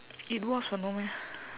it was [what] no meh